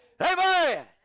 Amen